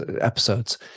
episodes